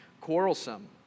quarrelsome